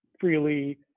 freely